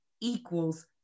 equals